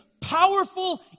powerful